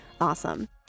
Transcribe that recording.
awesome